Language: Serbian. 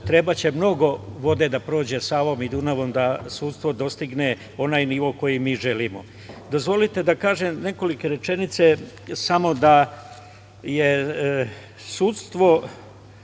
trebaće mnogo vode da prođe Savom i Dunavom da sudstvo dostigne onaj nivo koji želimo. Dozvolite da kažem nekoliko rečenica samo da je sudstvo